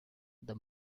the